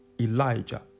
Elijah